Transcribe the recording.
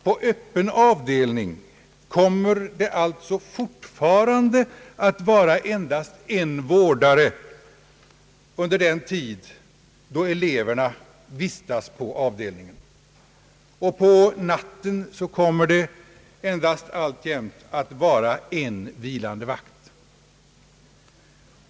På öppen avdelning kommer det alltså fortfarande att vara endast en vårdare under den tid då eleverna vistas på avdelningen. På natten kommer det endast att vara en vilande vakt.